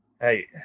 Hey